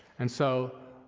and so,